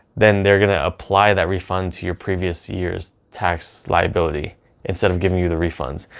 then they're going to apply that refund to your previous year's tax liability instead of giving you the refund.